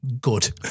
good